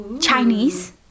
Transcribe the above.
Chinese